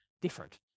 different